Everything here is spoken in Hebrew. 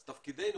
אז תפקידנו,